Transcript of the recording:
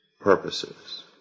purposes